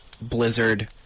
Blizzard